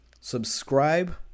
Subscribe